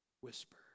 whisper